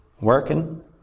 working